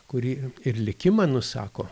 kuri ir likimą nusako